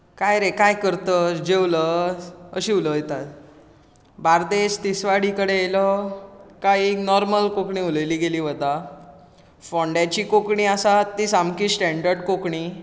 काय रे काय करतस जेवलस अशी उलयतात बार्देस तिसवाडी कडेन येयलो काय नोर्मल कोंकणी उलयली गेली वता फोंड्याच्यी कोंकणी आसा ती सामकी स्टॅन्डर्ड कोंकणी